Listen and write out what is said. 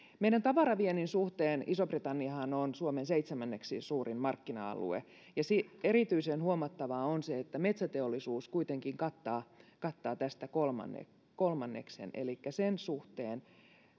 meidän tavaraviennin suhteen iso britanniahan on suomen seitsemänneksi suurin markkina alue ja erityisen huomattavaa on se että metsäteollisuus kuitenkin kattaa kattaa tästä kolmanneksen elikkä sen suhteen